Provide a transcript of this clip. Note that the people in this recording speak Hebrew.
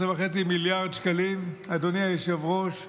13.5 מיליארד שקלים, אדוני היושב-ראש,